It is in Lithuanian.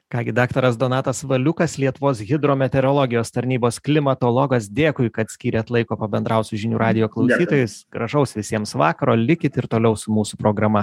ką gi daktaras donatas valiukas lietuvos hidrometeorologijos tarnybos klimatologas dėkui kad skyrėt laiko pabendrauti su žinių radijo klausytojais gražaus visiems vakaro likit ir toliau su mūsų programa